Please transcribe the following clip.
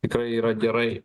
tikrai yra gerai